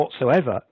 whatsoever